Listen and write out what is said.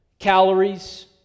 Calories